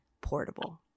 portable